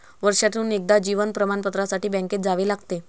वर्षातून एकदा जीवन प्रमाणपत्रासाठी बँकेत जावे लागते